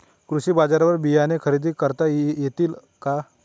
कृषी बाजारवर बियाणे खरेदी करता येतील का?